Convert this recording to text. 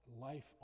life